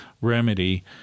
remedy